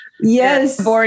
Yes